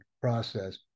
process